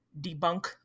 debunk